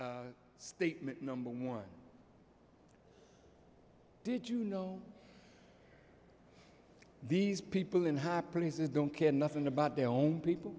environment statement number one did you know these people in high places don't care nothing about their own people